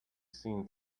seen